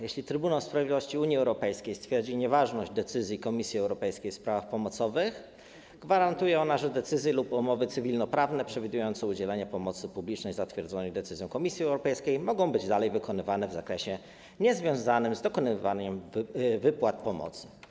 Jeśli Trybunał Sprawiedliwości Unii Europejskiej stwierdzi nieważność decyzji Komisji Europejskiej w sprawach pomocowych, gwarantuje ona, że decyzje lub umowy cywilnoprawne przewidujące udzielanie pomocy publicznej zatwierdzonej decyzją Komisji Europejskiej mogą być dalej wykonywane w zakresie niezwiązanym z dokonywaniem wypłat pomocy.